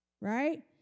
Right